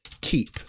keep